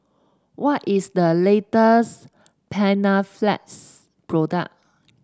what is the latest Panaflex product